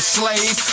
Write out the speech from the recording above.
slave